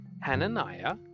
Hananiah